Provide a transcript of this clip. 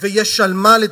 ויש על מה לדבר.